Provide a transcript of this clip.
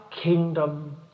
kingdom